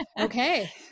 Okay